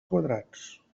quadrats